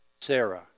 Sarah